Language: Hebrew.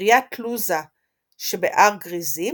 בקריית לוזה שבהר גריזים,